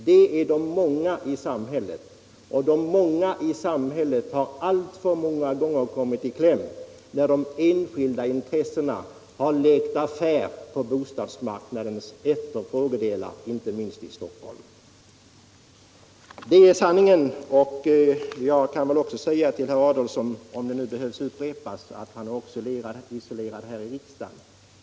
Detta är de många i samhället, och de har alltför många gånger kommit i kläm när de enskilda intressena lekt affär på bostadsmarknaden inte minst i Stockholm. Det är sanningen, och jag vill också säga till herr Adolfsson - om det behöver upprepas — att han också är isolerad här i riksdagen.